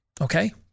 Okay